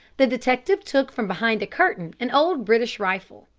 the detective took from behind a curtain an old british rifle.